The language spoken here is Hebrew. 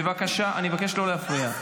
בבקשה, אני מבקש לא להפריע.